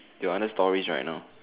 your other stories right now